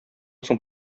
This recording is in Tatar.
соң